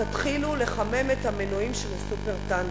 תתחילו לחמם את המנועים של ה"סופר-טנקר".